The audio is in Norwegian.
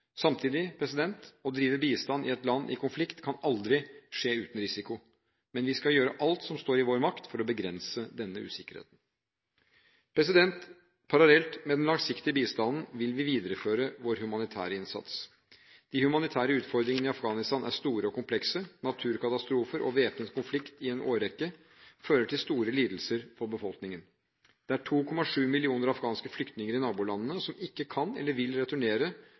Samtidig: Å drive bistand i et land i konflikt kan aldri skje uten risiko. Men vi skal gjøre alt som står i vår makt for å begrense denne usikkerheten. Parallelt med den langsiktige bistanden vil vi videreføre vår humanitære innsats. De humanitære utfordringene i Afghanistan er store og komplekse. Naturkatastrofer og væpnet konflikt i en årrekke fører til store lidelser for befolkningen. Det er 2,7 millioner afghanske flyktninger i nabolandene som ikke kan eller vil returnere